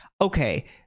okay